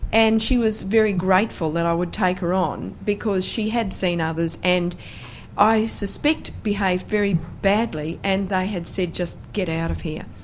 and she was very grateful that i would take her on, because she had seen others and i suspect behaved very badly and they had said just, get out of here.